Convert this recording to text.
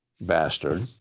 bastard